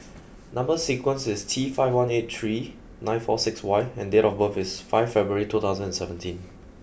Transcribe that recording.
number sequence is T five one eight three nine four six Y and date of birth is fifth February two thousand and seventeen